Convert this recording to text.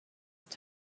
same